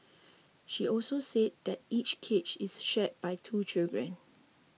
she also said that each cage is shared by two children